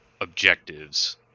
objectives